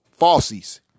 falsies